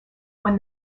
when